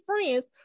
friends